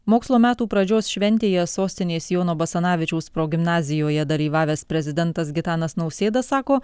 mokslo metų pradžios šventėje sostinės jono basanavičiaus progimnazijoje dalyvavęs prezidentas gitanas nausėda sako